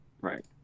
Right